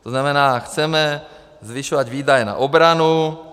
To znamená, chceme zvyšovat výdaje na obranu.